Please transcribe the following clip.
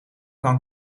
kan